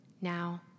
now